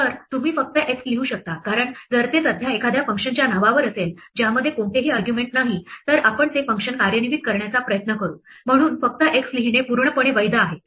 तर तुम्ही फक्त x लिहू शकता कारण जर ते सध्या एखाद्या फंक्शनच्या नावावर असेल ज्यामध्ये कोणतेही आर्ग्युमेंट नाही तर आपण ते फंक्शन कार्यान्वित करण्याचा प्रयत्न करू म्हणून फक्त x लिहिणे पूर्णपणे वैध आहे